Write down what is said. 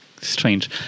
strange